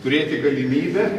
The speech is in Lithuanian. turėti galimybę